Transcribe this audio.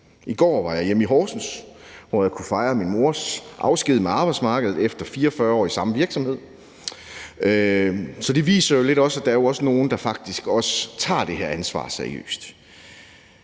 I går var jeg hjemme i Horsens, hvor jeg kunne fejre min mors afsked med arbejdsmarkedet efter 44 år i samme virksomhed, så det viser lidt om, at der jo også er nogle, der faktisk tager det her ansvar seriøst.